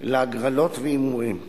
להגרלות והימורים.